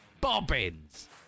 bobbins